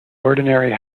ordinary